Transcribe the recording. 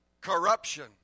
Corruption